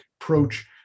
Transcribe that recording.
approach